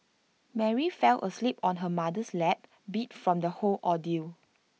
Mary fell asleep on her mother's lap beat from the whole ordeal